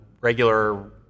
regular